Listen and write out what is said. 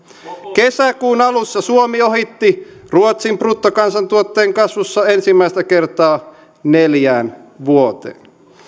kesäkuun alussa suomi ohitti ruotsin bruttokansantuotteen kasvussa ensimmäistä kertaa neljään vuoteen